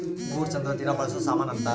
goods ಅಂದ್ರ ದಿನ ಬಳ್ಸೊ ಸಾಮನ್ ಅಂತ